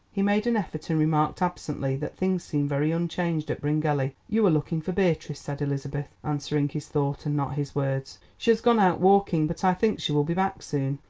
he made an effort, and remarked absently that things seemed very unchanged at bryngelly. you are looking for beatrice, said elizabeth, answering his thought and not his words. she has gone out walking, but i think she will be back soon.